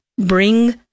bring